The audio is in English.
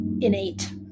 innate